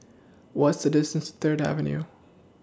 What IS The distance to Third Avenue